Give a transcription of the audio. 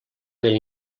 mil